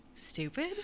stupid